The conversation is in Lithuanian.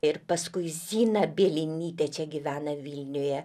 ir paskui zina bielinytė čia gyvena vilniuje